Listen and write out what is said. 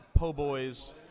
po'boys